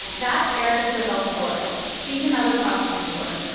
that's erika sabel flores. she's another project mentor.